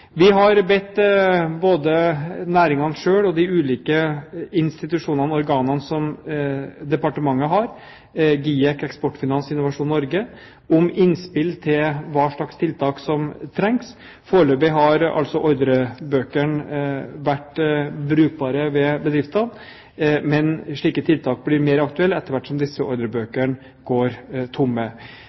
Vi har bedt både næringene selv og de ulike institusjonene og organene som departementet har – GIEK, Eksportfinans og Innovasjon Norge – om innspill til hva slags tiltak som trengs. Foreløpig har altså ordrebøkene vært brukbare ved bedriftene, men slike tiltak blir mer aktuelle etter hvert som disse ordrebøkene går tomme.